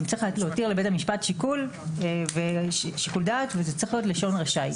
צריך להותיר לבית המשפט שיקול דעת וזה צריך להיות לשון רשאי.